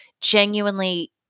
genuinely